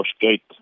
gate